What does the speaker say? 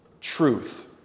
truth